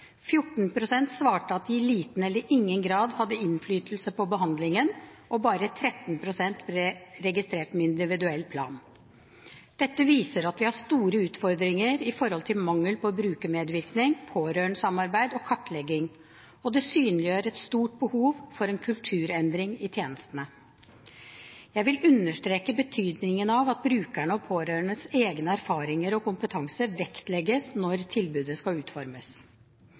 pst. svarte at de i liten eller ingen grad hadde innflytelse på behandlingen, og bare 13 pst. ble registrert med individuell plan. Dette viser at vi har store utfordringer i forhold til mangel på brukermedvirkning, pårørendesamarbeid og kartlegging. Og det synliggjør et stort behov for en kulturendring i tjenestene. Jeg vil understreke betydningen av at brukernes og pårørendes egne erfaringer og kompetanse vektlegges når tilbudet skal utformes.